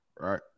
right